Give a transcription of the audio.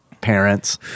parents